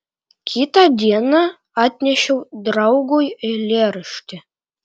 kitą dieną atnešiau draugui eilėraštį